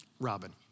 Robin